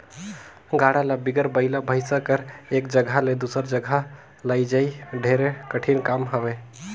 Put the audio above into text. गाड़ा ल बिगर बइला भइसा कर एक जगहा ले दूसर जगहा लइजई ढेरे कठिन काम हवे